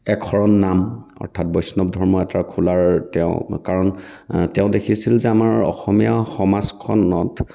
এক শৰণ নাম অৰ্থাৎ বৈষ্ণৱ ধৰ্ম এটা খোলাৰ তেওঁ কাৰণ তেওঁ দেখিছিলে যে আমাৰ অসমীয়া সমাজখনত